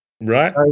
Right